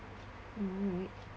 ya right